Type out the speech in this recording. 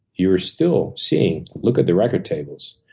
you're still seeing look at the record tables.